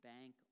bank